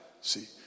See